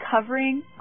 covering